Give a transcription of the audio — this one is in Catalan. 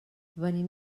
venim